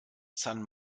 san